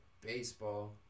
baseball